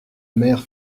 mère